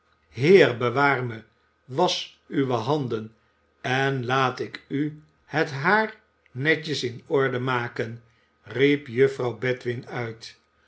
heer bewaar me wasch uwe handen en iaat ik u het haar netjes in orde maken riep juffrouw bedwin uit